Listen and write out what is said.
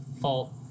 fault